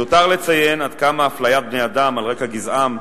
מיותר לציין עד כמה הפליית בני אדם על רקע גזעם,